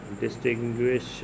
distinguish